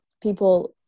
people